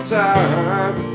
time